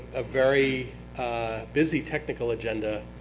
a very busy technical agenda.